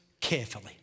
carefully